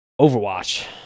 overwatch